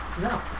No